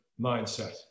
mindset